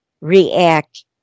react